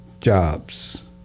jobs